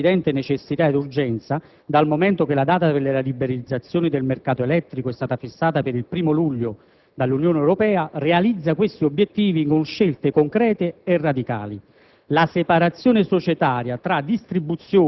La scelta portata avanti con questo decreto, di evidente necessità ed urgenza, dal momento che la data per la liberalizzazione del mercato elettrico è stata fissata per il 1° luglio dall'Unione Europea, realizza questi obiettivi con scelte concrete e radicali: